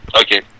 Okay